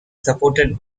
supported